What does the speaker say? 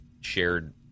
shared